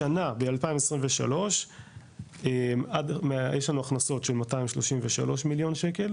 השנה ב-2023, יש לנו הכנסות של 233.6 מיליון שקל